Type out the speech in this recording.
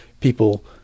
people